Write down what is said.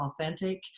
authentic